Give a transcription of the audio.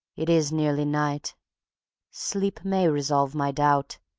it is nearly night sleep may resolve my doubt,